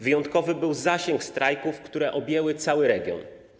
Wyjątkowy był zasięg strajków, które objęły cały region.